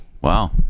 Wow